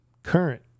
current